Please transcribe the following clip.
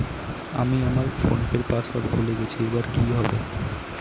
আমি আমার ফোনপের পাসওয়ার্ড ভুলে গেছি এবার কি হবে?